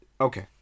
Okay